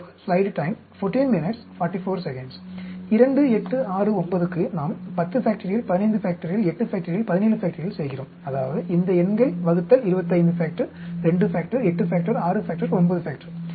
2 8 6 9 க்கு நாம் 10 15 8 17 செய்கிறோம் அதாவது இந்த எண்கள் ÷ 25 2 8 6 9 இது 0